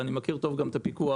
ואני מכיר טוב גם את הפיקוח,